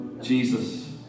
Jesus